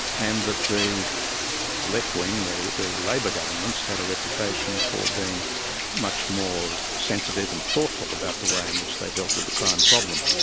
and that the left-wing, the labor governments had a reputation for being much more sensitive and thoughtful about the way in which they dealt with the crime problem.